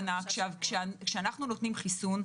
כשאנחנו נותנים חיסון,